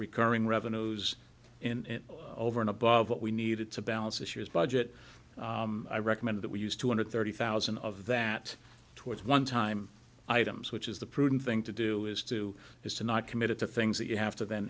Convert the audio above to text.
recurring revenues in over and above what we needed to balance this year's budget i recommend that we use two hundred thirty thousand of that towards onetime items which is the prudent thing to do is to is to not commit it to things that you have to